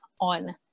on